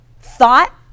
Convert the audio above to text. thought